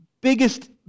biggest